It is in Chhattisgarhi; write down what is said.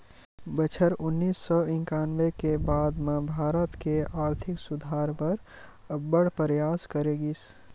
बछर उन्नीस सौ इंकानबे के बाद म भारत के आरथिक सुधार बर अब्बड़ परयास करे गिस